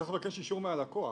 צריך לבקש אישור מהלקוח.